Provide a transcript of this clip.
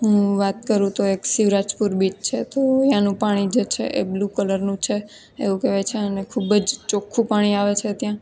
હું વાત કરું તો એક શિવરાજપુર બીચ છે તો ત્યાંનું પાણી છે એ બ્લુ કલરનું છે એવું કહેવાય છે કે ખૂબ જ ચોખ્ખું પાણી આવે છે ત્યાં